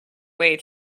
way